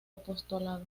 apostolado